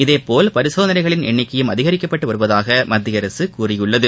இதேபோல் பரிசோதனைகளின் எண்ணிக்கையும் அதிகரிக்கப்பட்டு வருவதாக மத்திய அரசு கூறியுள்ளது